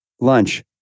lunch